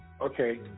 Okay